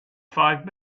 five